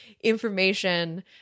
information